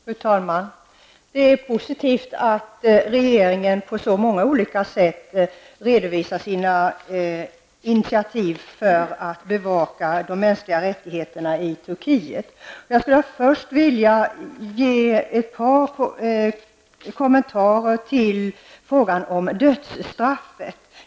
Fru talman! Det är positivt att regeringen på så många olika sätt redovisar sina initiativ för att bevaka de mänskliga rättigheterna i Turkiet. Jag vill först ge ett par kommentarer till frågan om dödsstraffet.